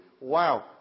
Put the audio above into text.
Wow